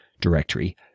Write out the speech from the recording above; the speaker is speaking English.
directory